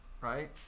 right